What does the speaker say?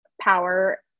power